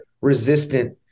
Resistant